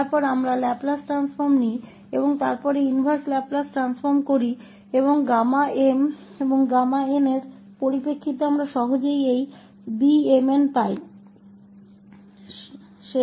फिर हम Laplace transform लेते हैं और फिर इनवर्स लैपलेस ट्रांसफॉर्म और हम इसे Β𝑚 𝑛 को Γ𝑚 और Γ𝑛 के संदर्भ में आसानी से प्राप्त कर लेते हैं